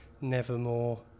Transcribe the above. Nevermore